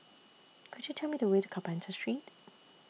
Could YOU Tell Me The Way to Carpenter Street